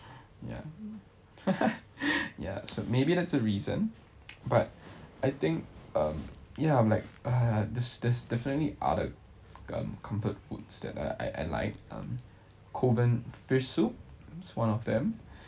ya ya so maybe that's a reason but I think I'm ya I'm like uh there's there's definitely other um comfort foods that I I like um kovan fish soup one of them